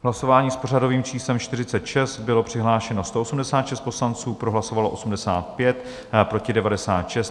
V hlasování s pořadovým číslem 46 bylo přihlášeno 186 poslanců, pro hlasovalo 85, proti 96.